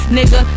Nigga